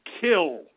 kill